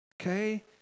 Okay